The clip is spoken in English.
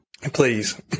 Please